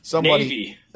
Navy